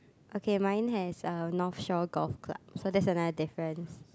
okay mine has a north shell golf club so that's another difference